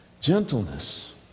gentleness